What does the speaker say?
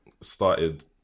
started